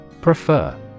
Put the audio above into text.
Prefer